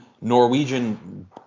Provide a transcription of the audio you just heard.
Norwegian